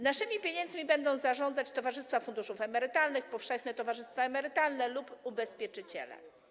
Naszymi pieniędzmi będą zarządzać towarzystwa funduszów emerytalnych, powszechne towarzystwa emerytalne lub ubezpieczyciele.